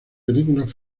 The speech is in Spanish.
películas